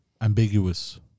ambiguous